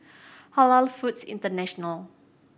Halal Foods International